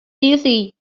dizzy